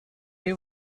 day